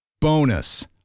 Bonus